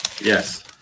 Yes